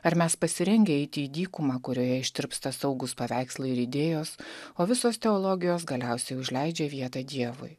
ar mes pasirengę eiti į dykumą kurioje ištirpsta saugūs paveikslai ir idėjos o visos teologijos galiausiai užleidžia vietą dievui